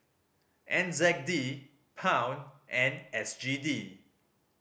N Z D Pound and S G D